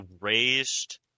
raised